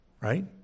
right